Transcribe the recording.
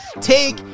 Take